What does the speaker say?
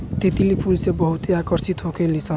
तितली फूल से बहुते आकर्षित होखे लिसन